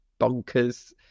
bonkers